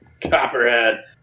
Copperhead